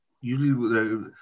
usually